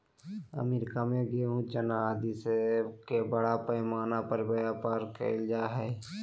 America में गेहूँ, चना आदि के बड़ा पैमाना पर व्यापार कइल जा हलय